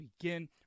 begin